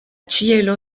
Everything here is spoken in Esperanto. ĉielo